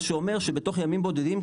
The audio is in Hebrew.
מה שאומר שבתוך ימים בודדים,